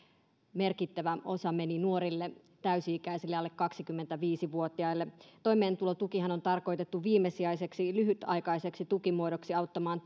merkittävä osa meni nuorille täysi ikäisille alle kaksikymmentäviisi vuotiaille toimeentulotukihan on tarkoitettu viimesijaiseksi lyhytaikaiseksi tukimuodoksi auttamaan